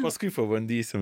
paskui pabandysim